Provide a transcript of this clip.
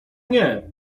nie